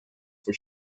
for